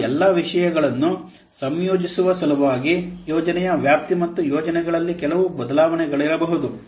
ಆ ಎಲ್ಲ ವಿಷಯಗಳನ್ನು ಸಂಯೋಜಿಸುವ ಸಲುವಾಗಿ ಯೋಜನೆಯ ವ್ಯಾಪ್ತಿ ಮತ್ತು ಯೋಜನೆಗಳಲ್ಲಿ ಕೆಲವು ಬದಲಾವಣೆಗಳಿರಬಹುದು